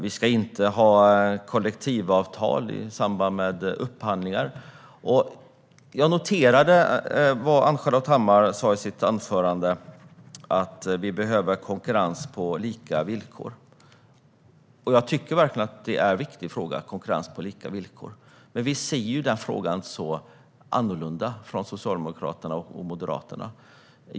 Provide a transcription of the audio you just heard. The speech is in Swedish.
Det ska inte krävas kollektivavtal i samband med upphandlingar. Jag noterade det som Ann-Charlotte Hammar Johnsson sa i sitt anförande, att det behövs konkurrens på lika villkor. Det är en viktig fråga. Men vi från Socialdemokraterna har en annorlunda syn på den jämfört med Moderaterna.